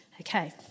Okay